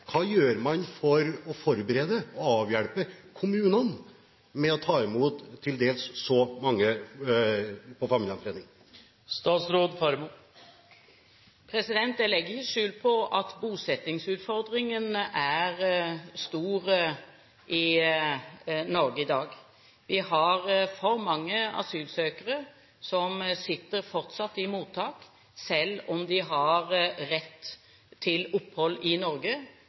Hva gjør man for å forberede og avhjelpe kommunene med å ta imot til dels så mange på familiegjenforening? Jeg legger ikke skjul på at bosettingsutfordringen er stor i Norge i dag. Vi har for mange asylsøkere som fortsatt sitter i mottak, selv om de har rett til opphold i Norge